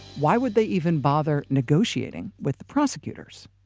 why would they even bother negotiating with the prosecutors?